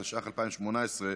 התשע"ח 2018,